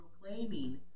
proclaiming